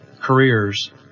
careers